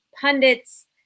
pundits